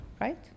right